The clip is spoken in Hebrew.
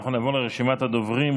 אנחנו נעבור לרשימת הדוברים.